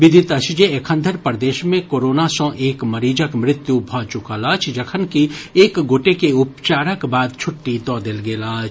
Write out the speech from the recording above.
विदित अछि जे एखनधरि प्रदेश मे कोरोना सॅ एक मरीजक मृत्यु भऽ चुकल अछि जखनकि एक गोटे के उपचारक बाद छुट्टी दऽ देल गेल अछि